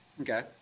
Okay